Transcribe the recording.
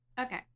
Okay